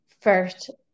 first